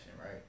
right